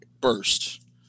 Burst